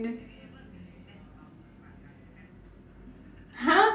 !huh!